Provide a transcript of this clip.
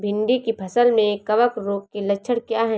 भिंडी की फसल में कवक रोग के लक्षण क्या है?